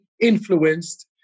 influenced